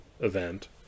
event